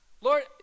lord